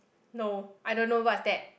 no I don't know what is that